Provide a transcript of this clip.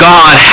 God